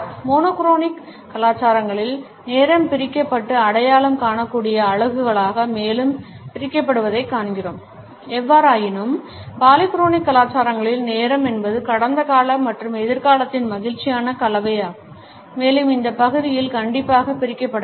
mono க்ரோநிக் கலாச்சாரங்களில் நேரம் பிரிக்கப்பட்டு அடையாளம் காணக்கூடிய அலகுகளாக மேலும் பிரிக்கப்படுவதைக் காண்கிறோம் எவ்வாறாயினும் பாலிக்ரோனிக் கலாச்சாரங்களில் நேரம் என்பது கடந்த கால மற்றும் எதிர்காலத்தின் மகிழ்ச்சியான கலவையாகும் மேலும் இந்த பகுதிகள் கண்டிப்பாக பிரிக்கப்படவில்லை